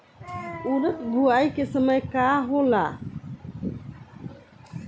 उरद बुआई के समय का होखेला?